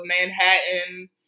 Manhattan